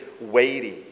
weighty